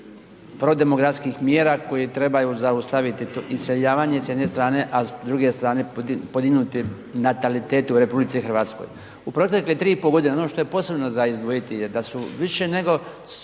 prodemografskih mjera koje trebaju zaustaviti iseljavanje s jedne strane a s druge strane podignuti natalitet u RH. U protekle 3,5 g. ono što je posebno za izdvojiti je da su više nego